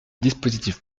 dispositif